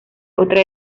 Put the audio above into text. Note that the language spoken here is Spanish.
otra